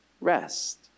Rest